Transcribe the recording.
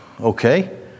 Okay